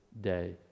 day